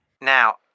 Now